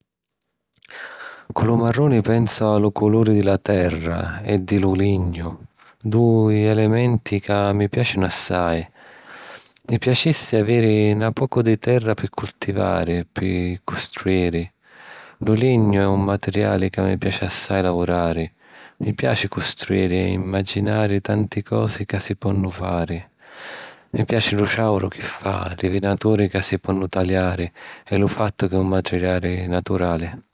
Cu lu marruni pensu a lu culuri di la terra e di lu lignu, dui elementi ca mi piàcinu assai. Mi piacissi aviri na pocu di terra pi cultivari e pi custruiri. Lu lignu è un materiali ca mi piaci assai lavurari. Mi piaci custruiri e imaginari tanti cosi ca si ponnu fari. Mi piaci lu ciàuru chi fa, li venaturi ca si ponnu taliari e lu fattu ca è un materiali naturali.